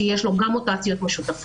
שי שלו גם מוטציות משותפות,